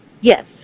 Yes